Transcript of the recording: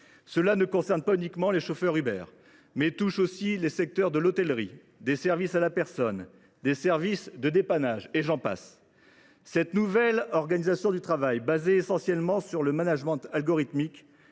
ne concerne pas uniquement les chauffeurs Uber : il y a aussi les secteurs de l’hôtellerie, des services à la personne, des services de dépannage, et j’en passe. Cette nouvelle organisation du travail, fondée essentiellement sur le management algorithmique,